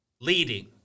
leading